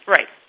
Right